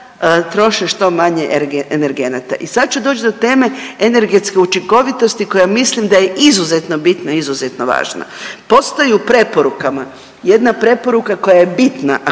što manje energenata. I sad će doć do teme energetske učinkovitosti koja mislim da je izuzetno bitna i izuzetno važna. Postoji u preporukama jedna preporuka koja je bitna,